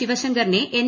ശിവശങ്കറിനെ എൻ